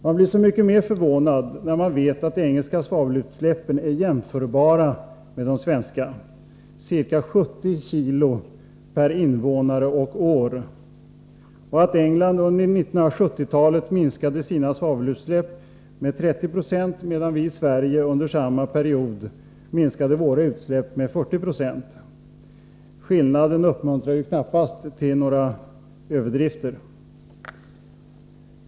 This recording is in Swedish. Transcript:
Man blir så mycket mer förvånad när man vet att de engelska svavelutsläppen är jämförbara med de svenska, ca 70 kg per invånare och år, och att England under 1970-talet minskade sina svavelutsläpp med 30 26, medan vi i Sverige under samma period minskade våra utsläpp med 40 96. Skillnaden uppmuntrar knappast till några överdrifter.